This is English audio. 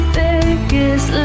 biggest